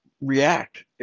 React